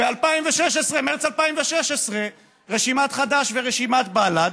במרס 2016 רשימת חד"ש ורשימת בל"ד